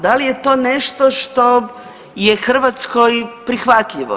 Da li je to nešto što je Hrvatskoj prihvatljivo?